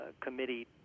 committee